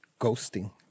ghosting